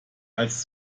als